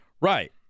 Right